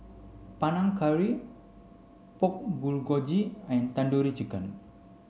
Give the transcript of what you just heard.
Panang Curry Pork Bulgogi and Tandoori Chicken